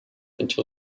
until